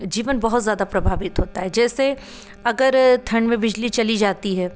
जीवन बहुत ज़्यादा प्रभावित होता है जैसे अगर ठंड में बिजली चली जाती है